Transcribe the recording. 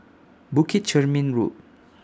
Bukit Chermin Road